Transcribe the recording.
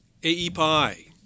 AEPI